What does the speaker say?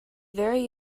very